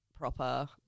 proper